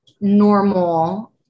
normal